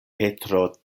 petro